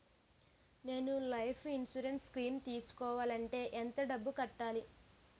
నేను life insurance scheme తీసుకోవాలంటే ఎంత డబ్బు కట్టాలి?